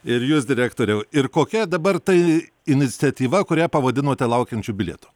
ir jūs direktoriau ir kokia dabar tai iniciatyva kurią pavadinote laukiančiu bilietu